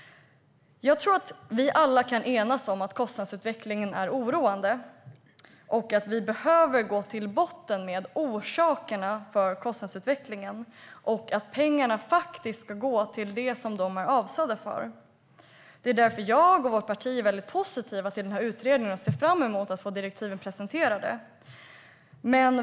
Jag tror att vi alla kan enas om att kostnadsutvecklingen är oroande, att vi behöver gå till botten med orsakerna till den och att pengarna faktiskt ska gå till det som de är avsedda för. Det är därför som jag och mitt parti är väldigt positiva till utredningen och ser fram emot att få direktiven presenterade.